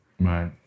Right